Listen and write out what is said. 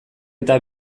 eta